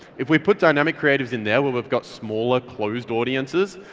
if we put dynamic creatives in there we've got smaller closed audiences,